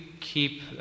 keep